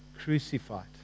crucified